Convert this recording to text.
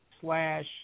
slash